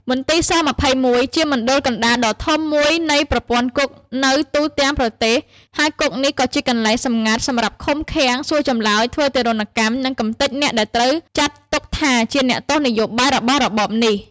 មន្ទីរ ស‑២១ ជាមណ្ឌលកណ្តាលដ៏ធំមួយនៃប្រព័ន្ធគុកនៅទូទាំងប្រទេស ហើយគុកនេះក៏ជាកន្លែងសម្ងាត់សម្រាប់ឃុំឃាំង សួរចម្លើយ ធ្វើទារុណកម្ម និងកំទេចអ្នកដែលត្រូវចាត់ទុកថាជា “អ្នកទោសនយោបាយ” របស់របបនេះ។